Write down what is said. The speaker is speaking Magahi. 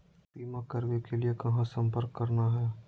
बीमा करावे के लिए कहा संपर्क करना है?